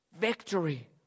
Victory